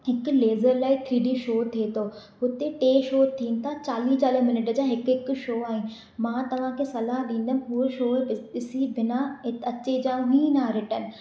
हिकु laser light three D show थिए थो हुते टे शो थियनि था चालीह चालीह मिनट जा हिकु हिकु शो आहे मां तव्हांखे सलाह ॾींदमि उहा शो ॾिसी बिना अचेजा ई न रिटन